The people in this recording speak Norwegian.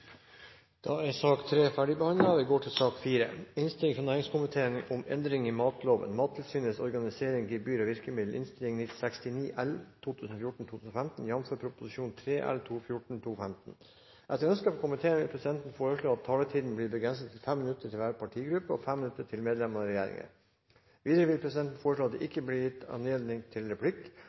til sak nr. 3. Etter ønske fra næringskomiteen vil presidenten foreslå at taletiden blir begrenset til 5 minutter til hver partigruppe og 5 minutter til medlem av regjeringen. Videre vil presidenten foreslå at det ikke blir gitt anledning til